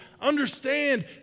understand